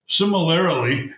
similarly